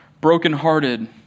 brokenhearted